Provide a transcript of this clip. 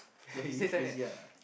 ya he really crazy one ah